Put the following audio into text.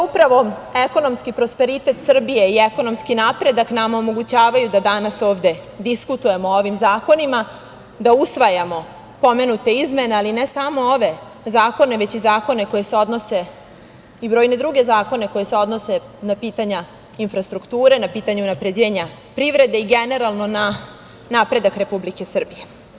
Upravo ekonomski prosperitet Srbije i ekonomski napredak nama omogućavaju da danas ovde diskutujemo o ovim zakonima, da usvajamo pomenute izmene, ali ne samo ove zakone, već i brojne druge zakone koji se odnose na pitanja infrastrukture, na pitanje unapređenja privrede i generalno na napredak Republike Srbije.